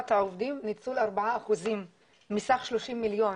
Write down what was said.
העובדים ניצול 4% מסך 30 מיליון.